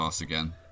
again